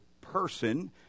person